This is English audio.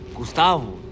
Gustavo